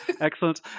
Excellent